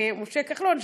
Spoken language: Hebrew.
משה כחלון.